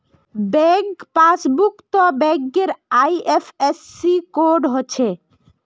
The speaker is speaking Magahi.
बैंक पासबुकत बैंकेर आई.एफ.एस.सी कोड हछे